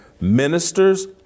ministers